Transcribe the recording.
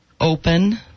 open